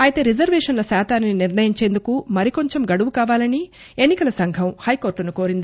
ఐతే రిజర్వేషన్ల శాతాన్ని నిర్ణయించేందుకు మరికొంచం గడువు కావాలని ఎన్ని కల సంఘం హైకోర్టును కోరింది